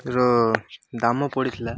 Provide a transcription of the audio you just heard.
ର ଦାମ୍ ପଡ଼ିଥିଲା